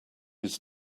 his